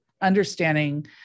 understanding